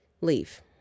leave